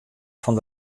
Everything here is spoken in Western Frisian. fan